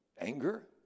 anger